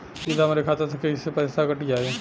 सीधे हमरे खाता से कैसे पईसा कट जाई?